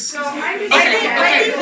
Okay